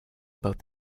about